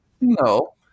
No